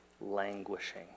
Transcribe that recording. languishing